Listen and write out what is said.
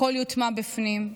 הכול יוטמע בפנים,